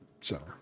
center